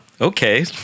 okay